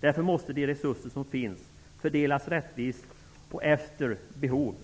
Därför måste de resurser som finns fördelas rättvist och efter behov.